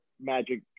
magic